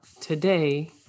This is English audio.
today